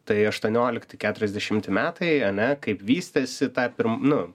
tai aštuoniolikti keturiasdešimti metai ane kaip vystėsi tą pirm nu